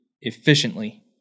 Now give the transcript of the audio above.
efficiently